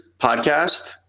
podcast